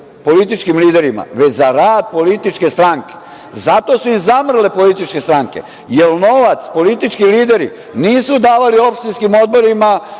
političkim liderima, već za rad političke stranke, zato su i zamrle političke stranke, jer novac politički lideri nisu davali opštinskim odborima,